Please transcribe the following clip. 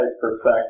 perspective